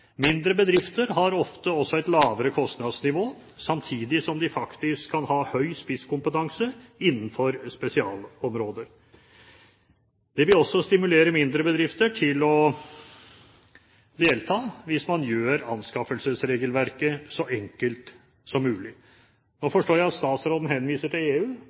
Mindre bedrifter har ofte også et lavere kostnadsnivå, samtidig som de faktisk kan ha høy spisskompetanse innenfor spesialområder. Det vil også stimulere mindre bedrifter til å delta hvis man gjør anskaffelsesregelverket så enkelt som mulig. Nå forstår jeg at statsråden henviser til EU,